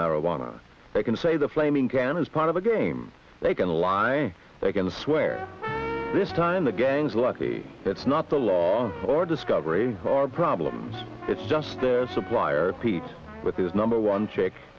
marijuana they can say the flaming can as part of a game they can lie they can swear this time the gang's lucky it's not the law or discovery or problems it's just their supplier pete with his number one check